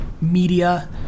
media